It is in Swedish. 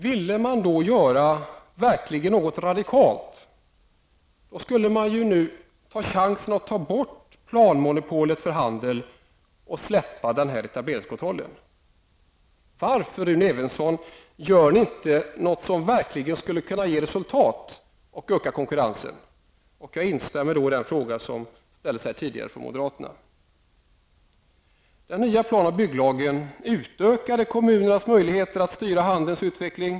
Ville man då verkligen göra någonting radikalt, borde man nu ta chansen att få bort planmonopolet för handeln och släppa den här etableringskontrollen. Varför, Rune Evensson, gör ni inte någonting som verkligen skulle kunna ge resultat och öka konkurrensen. Jag instämmer i den fråga som tidigare ställdes från moderat håll. Den nya plan och bygglagen utökade kommunernas möjligheter att styra handelns utveckling.